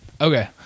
okay